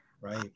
Right